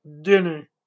dinner